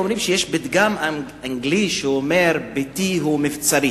אומרים שיש פתגם אנגלי שאומר: ביתי הוא מבצרי.